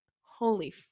Holy